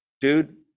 dude